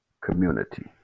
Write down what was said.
Community